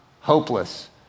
hopeless